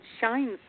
shines